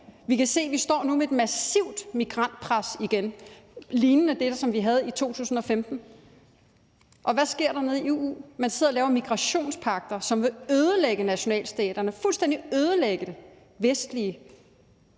Vi kan se, at vi nu igen står med et massivt migrantpres lignende det, som vi havde i 2015. Og hvad sker der nede i EU? Man sidder og laver migrationspagter, som vil ødelægge nationalstaterne, fuldstændig ødelægge det vestlige,